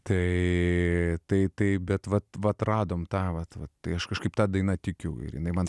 tai tai taip bet vat vat radome tą vat vat tai aš kažkaip ta daina tikiu ir jinai man